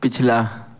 पिछला